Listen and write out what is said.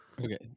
Okay